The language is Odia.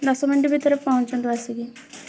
ଦଶ ମିନିଟ୍ ଭିତରେ ପହଁଞ୍ଚନ୍ତୁ ଆସିକି